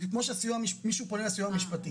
חד משמעית".